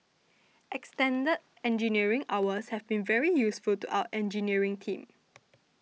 extended engineering hours have been very useful to our engineering team